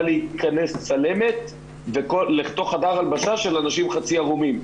להכנס צלמת לתוך חדר הלבשה של אנשים חצי ערומים.